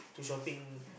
to shopping